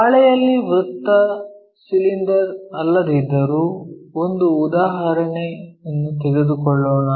ಹಾಳೆಯಲ್ಲಿ ವೃತ್ತ ಸಿಲಿಂಡರ್ ಅಲ್ಲದಿದ್ದರೂ ಒಂದು ಉದಾಹರಣೆಯನ್ನು ತೆಗೆದುಕೊಳ್ಳೋಣ